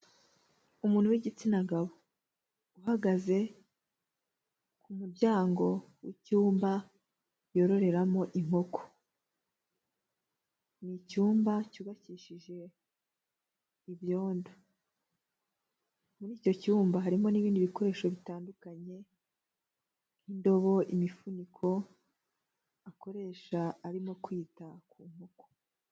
Umuntu w'igitsina gabo uhagaze ku muryango w'icyumba, yororeramo inkoko, ni icyumba cyubakishije ibyondo, muri icyo cyumba bikoresho bitandukanye nk'indobo, imifuniko akoresha arimo kwita ku nkoko.